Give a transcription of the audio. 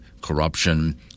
corruption